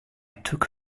took